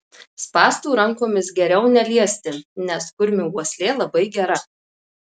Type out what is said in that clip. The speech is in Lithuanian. spąstų rankomis geriau neliesti nes kurmių uoslė labai gera